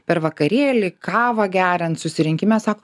per vakarėlį kavą geriant susirinkime sako